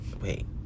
Wait